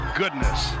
goodness